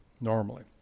normally